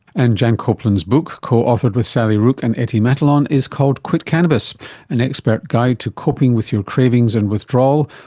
and jan copeland's book, co-authored with sally rooke and etty matalon, is called quit cannabis an expert guide to coping with your cravings and withdrawal,